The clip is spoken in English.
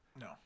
No